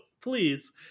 please